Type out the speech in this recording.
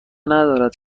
ندارد